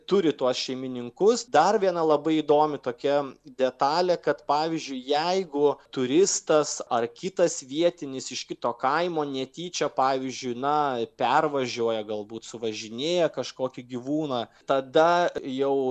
turi tuos šeimininkus dar viena labai įdomi tokia detalė kad pavyzdžiui jeigu turistas ar kitas vietinis iš kito kaimo netyčia pavyzdžiui na pervažiuoja galbūt suvažinėja kažkokį gyvūną tada jau